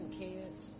kids